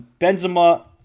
Benzema